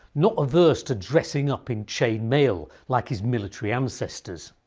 not averse to dressing up in chain-mail like his military ancestors.